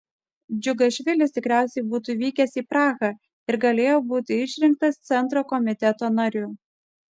džiugašvilis tikriausiai būtų vykęs į prahą ir galėjo būti išrinktas centro komiteto nariu